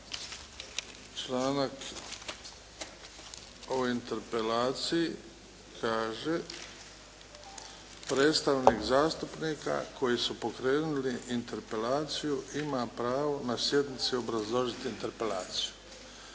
članak o interpelaciji kaže: "Predstavnik zastupnika koji su pokrenuli interpelaciju ima pravo na sjednici obrazložiti interpelaciju."